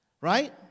Right